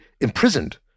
imprisoned